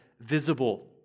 visible